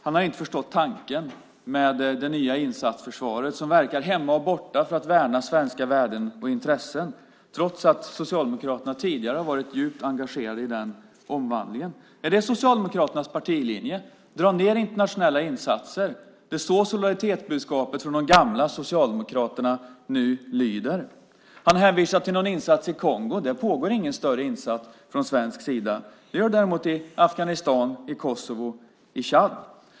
Han har inte förstått tanken med det nya insatsförsvaret som verkar hemma och borta för att värna svenska värden och intressen, trots att Socialdemokraterna tidigare har varit djupt engagerade i den omvandlingen. Är det Socialdemokraternas partilinje att dra ned internationella insatser? Är det så solidaritetsbudskapet från de gamla Socialdemokraterna nu lyder? Han hänvisar till en insats i Kongo. Det pågår ingen större insats från svensk sida där. Det gör det däremot i Afghanistan, Kosovo och Tchad.